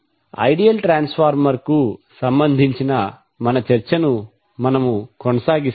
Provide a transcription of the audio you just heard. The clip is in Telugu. ఐడియల్ ట్రాన్స్ఫార్మర్ కు సంబంధించిన మన చర్చను కొనసాగిస్తాము